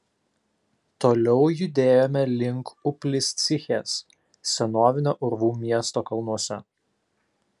toliau judėjome link upliscichės senovinio urvų miesto kalnuose